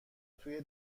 توی